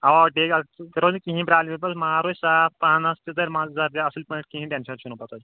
اَوا اَوا ٹھیٖک حظ تیٚلہِ روزِ نہٕ کِہیٖنۍ پرٛابلِم ییٚتٮ۪س مال روزِ صاف پَہنَس تہٕ بیٚیہِ مَزٕ دار اَصٕل پٲٹھۍ کِہیٖنۍ ٹینشَن چھُنہٕ پَتہٕ حظ